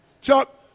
Chuck